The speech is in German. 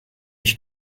ich